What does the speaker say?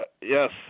Yes